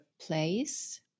place